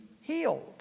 healed